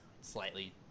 slightly